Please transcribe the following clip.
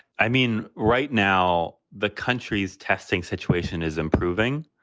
i mean, right now, the country's testing situation is improving,